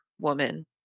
woman